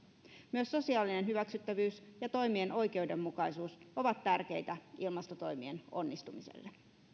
myös sosiaalinen hyväksyttävyys ja toimien oikeudenmukaisuus ovat tärkeitä ilmastotoimien onnistumiselle